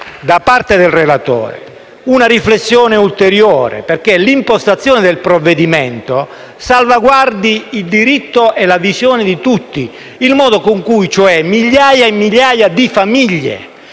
da parte del relatore, una riflessione ulteriore, perché l'impostazione del provvedimento salvaguardi il diritto e la visione di tutti, il fatto cioè che migliaia e migliaia di famiglie